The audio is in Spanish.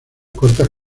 cortas